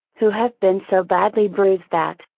who have been so badly bruised that,